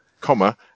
comma